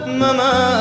mama